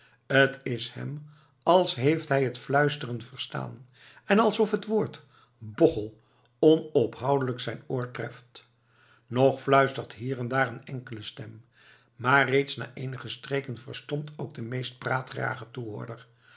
t is hem als heeft hij het fluisteren verstaan en alsof t woord bochel onophoudelijk zijn oor treft nog fluistert hier en daar een enkele stem maar reeds na eenige streken verstomt ook de meest praatgrage toehoorder